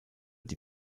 die